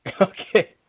Okay